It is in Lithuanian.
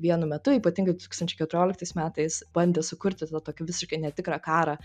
vienu metu ypatingai du tūkstančiai keturioliktais metais bandė sukurti tą tokį visiškai ne tikrą karą